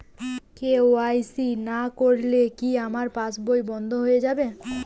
KYC না করলে কি আমার পাশ বই বন্ধ হয়ে যাবে?